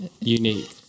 unique